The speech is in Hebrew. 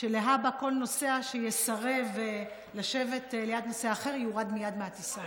שלהבא כל נוסע שיסרב לשבת ליד נוסע אחר יורד מייד מהטיסה.